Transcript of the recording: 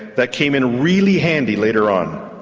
that came in really handy later on.